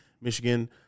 Michigan